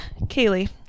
Kaylee